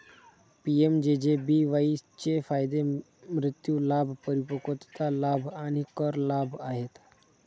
PMJJBY चे फायदे मृत्यू लाभ, परिपक्वता लाभ आणि कर लाभ आहेत